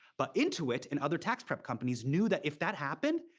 but intuit and other tax prep companies knew that if that happened,